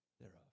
thereof